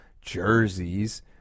jerseys